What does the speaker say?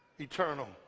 eternal